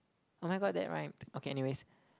oh my god that rhymed okay any ways